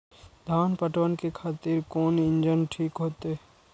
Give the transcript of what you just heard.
धान पटवन के खातिर कोन इंजन ठीक होते?